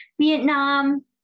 Vietnam